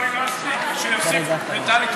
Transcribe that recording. תקנות לעניין השבת הטבות מס),